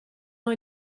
ans